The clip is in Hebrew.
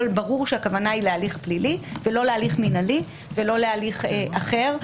ברור שהכוונה היא להליך פלילי ולא להליך מינהלי ולא להליך אחר.